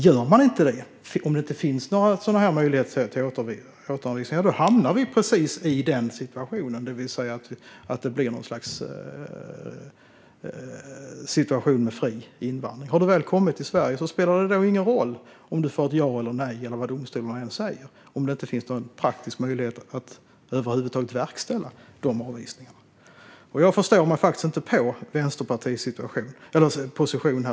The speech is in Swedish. Gör man inte det, om det inte finns några möjligheter till återanvisning hamnar vi precis i situationen att det blir något slags fri invandring. Har du väl kommit till Sverige spelar det ingen roll om du får ett ja eller nej eller vad domstolarna än säger då det inte finns någon praktisk möjlighet att verkställa avvisningarna. Jag förstår mig faktiskt inte på Vänsterpartiets position.